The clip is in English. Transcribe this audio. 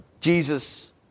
Jesus